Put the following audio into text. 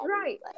Right